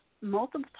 multiple